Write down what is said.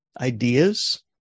ideas